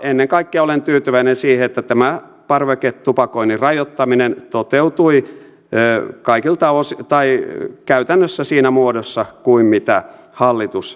ennen kaikkea olen tyytyväinen siihen että tämä parveketupakoinnin rajoittaminen toteutui päälle kaikilta osin tai yk käytännössä siinä muodossa kuin mitä hallitus esitti